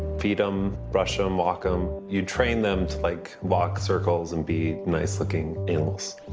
feed em, brush em, walk em. you trained them to like walk circles and be nice looking animals.